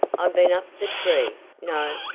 i've been up the tree no,